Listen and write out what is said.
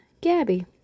Gabby